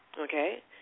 Okay